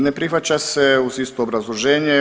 Ne prihvaća se uz isto obrazloženje.